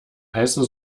heiße